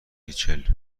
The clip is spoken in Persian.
ریچل